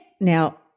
Now